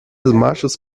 machos